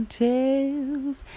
tales